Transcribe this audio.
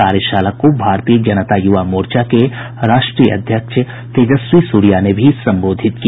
कार्यशाला को भारतीय जनता युवा मोर्चा के राष्ट्रीय अध्यक्ष तेजस्वी सूर्या ने भी संबोधित किया